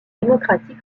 démocratique